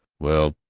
well,